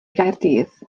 gaerdydd